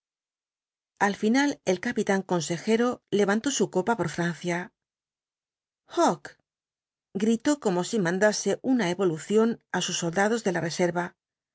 al final el capitán consejero levantó su copa por francia iioc gritó como si mandase una evolución á sus soldados de la reserva